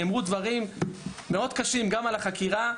נאמרו דברים מאוד קשים גם על החקירה.